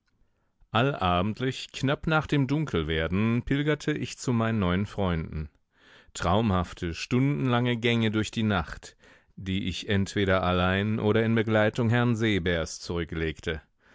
allabendlich knapp nach dem dunkelwerden pilgerte ich zu meinen neuen freunden traumhafte stundenlange gänge durch die nacht die ich entweder allein oder in begleitung herrn seebärs zurücklegte